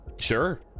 Sure